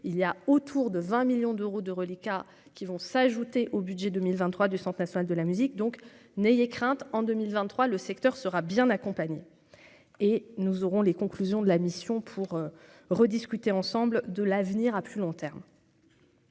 il y a autour de 20 millions d'euros de reliquat qui vont s'ajouter au budget 2023 du Centre national de la musique, donc, n'ayez crainte, en 2023 le secteur sera bien accompagné et nous aurons les conclusions de la mission pour rediscuter ensemble de l'avenir, à plus long terme.